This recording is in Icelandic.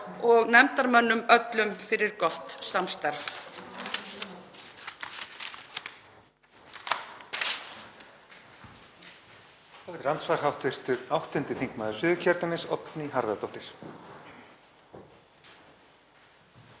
og nefndarmönnum öllum fyrir gott samstarf.